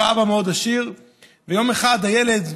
יום אחד הילד,